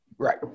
Right